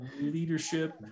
Leadership